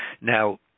now